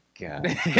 God